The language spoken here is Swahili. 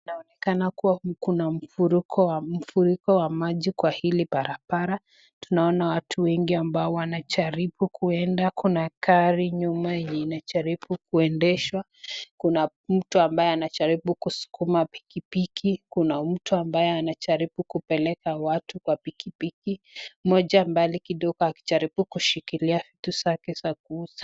Inaonekana kuwa kuna mfuriko wa maji kwa hili barabara. Tunaona watu wengi ambao wanajaribu kuenda. Kuna gari nyuma yenye inajaribu kuendeshwa. Kuna mtu ambaye anajaribu kusukuma pikipiki. Kuna mtu ambaye anajaribu kupeleka watu kwa pikipiki. Mmoja mbali kidogo akijaribu kushikilia vitu zake za kuuza.